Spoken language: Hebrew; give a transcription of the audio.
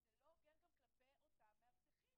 מקום: זה לא הוגן גם כלפי אותם מאבטחים,